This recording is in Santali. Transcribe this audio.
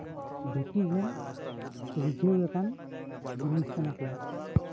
ᱵᱷᱤᱛᱤᱨ ᱨᱮᱱ ᱨᱤᱡᱷᱟᱹᱣ ᱞᱮᱠᱟᱱ ᱡᱤᱱᱤᱥ ᱠᱟᱱᱟ ᱠᱚ